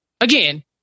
again